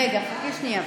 רגע, חצי שנייה,